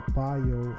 bio